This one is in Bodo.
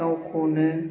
गावखौनो